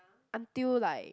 until like